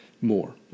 more